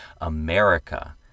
America